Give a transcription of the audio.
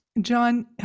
John